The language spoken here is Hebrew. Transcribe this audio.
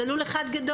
זה לול אחד גדול.